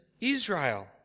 Israel